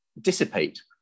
dissipate